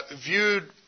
viewed